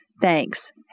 Thanks